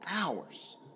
hours